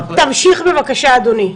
תמשיך בבקשה, אדוני.